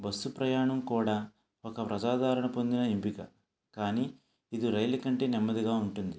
bus ప్రయాణం కూడా ఒక ప్రజాదారణ పొందిన ఎంపిక కానీ ఇది రైలు కంటే నెమ్మదిగా ఉంటుంది